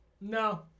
no